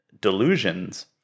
delusions